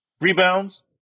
Rebounds